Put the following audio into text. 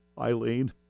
Eileen